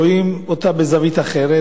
רואים אותה בזווית אחרת,